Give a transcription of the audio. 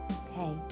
okay